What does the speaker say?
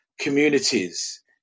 communities